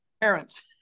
parents